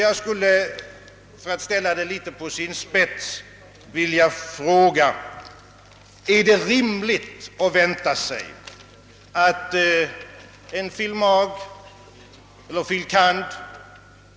Jag skulle, för att ställa det hela på sin spets, vilja fråga: Är det rimligt att vänta sig, att en fil. mag. eller fil. kand.